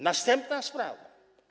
Następna sprawa.